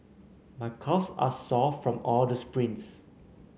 my calves are sore from all the sprints